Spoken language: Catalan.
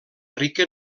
rica